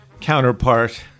counterpart